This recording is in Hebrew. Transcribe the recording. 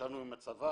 ישבנו עם הצבא,